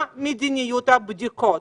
מה מדיניות הבדיקות?